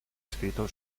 escrito